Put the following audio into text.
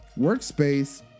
workspace